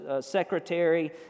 secretary